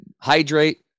hydrate